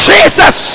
Jesus